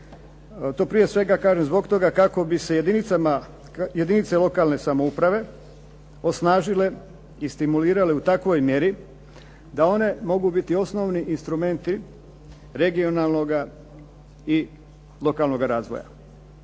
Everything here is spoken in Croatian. To prije svega kažem zbog toga kako bi se jedinice lokalne samouprave osnažile i stimulirale u takvoj mjeri, da one mogu biti osnovni instrumenti regionalnoga i lokalnoga razvoja.